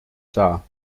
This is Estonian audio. saa